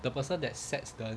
the person that sets the